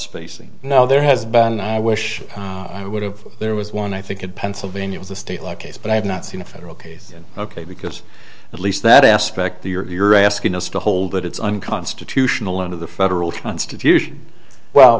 spacing no there has been i wish i would have there was one i think it pennsylvania was a state law case but i have not seen a federal case ok because at least that aspect the you're asking us to hold it it's unconstitutional under the federal constitution well